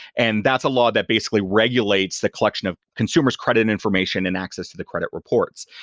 and that's a law that basically regulates the collection of consumer's credit and information and access to the credit reports.